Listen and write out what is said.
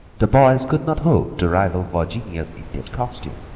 the boys could not hope to rival virginia's indian costume,